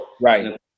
Right